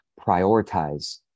prioritize